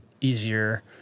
easier